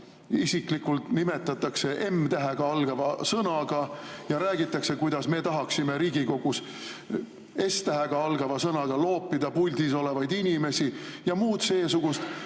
isiklikult nimetatakse m-tähega algava sõnaga ja räägitakse, kuidas me tahaksime Riigikogus s-tähega algava sõnaga loopida puldis olevaid inimesi, ja muud seesugust.